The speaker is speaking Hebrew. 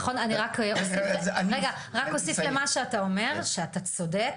נכון, אני רק אוסיף למה שאתה אומר, שאתה צודק